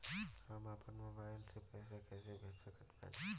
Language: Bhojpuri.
हम अपना मोबाइल से पैसा कैसे भेज सकत बानी?